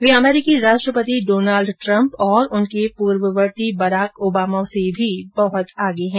वे अमरीकी राष्ट्रपति Donald Trump और उनके पूर्ववर्ती बराक ओबामा से भी बहुत आगे हैं